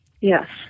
Yes